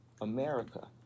America